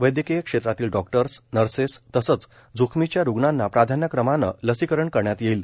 वैद्यकीय क्षेत्रातील doctors nurses तसंच जोखमीच्या रूग्णांना प्राधान्य क्रमानं लसीकरण करण्यात येईल